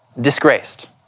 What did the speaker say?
disgraced